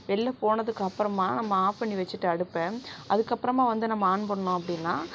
வெளில போனதுக்கப்புறமா நம்ம ஆஃப் பண்ணி வச்சுட்டு அடுப்பை அதுக்கப்புறமா வந்து நம்ம ஆன் பண்ணிணோம் அப்படின்னா